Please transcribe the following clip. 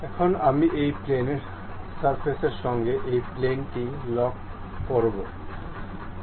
এখন আমি এই প্লেনের সঙ্গে এই প্লেনটি লক করতে চাই